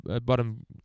bottom